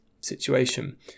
situation